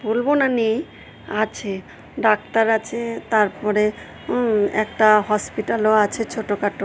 বলব না নেই আছে ডাক্তার আছে তারপরে একটা হসপিটালও আছে ছোটো খাটো